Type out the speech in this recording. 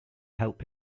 help